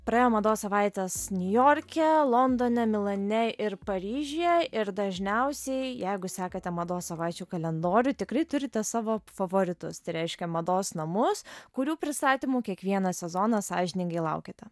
praėjo mados savaitės niujorke londone milane ir paryžiuje ir dažniausiai jeigu sekate mados savaičių kalendorių tikrai turite savo favoritus tai reiškia mados namus kurių pristatymų kiekvieną sezoną sąžiningai laukiate